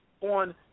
on